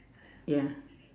ya